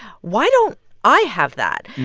why don't i have that?